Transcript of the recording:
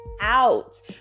out